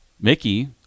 Mickey